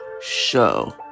show